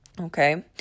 okay